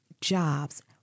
jobs